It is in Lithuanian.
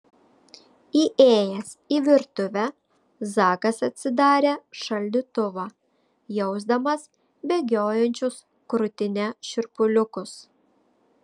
įėjęs į virtuvę zakas atsidarė šaldytuvą jausdamas bėgiojančius krūtine šiurpuliukus